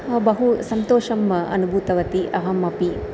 बहु सन्तोषम् अनुभूतवती अहम् अपि